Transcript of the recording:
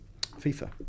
FIFA